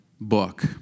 book